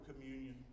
communion